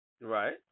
Right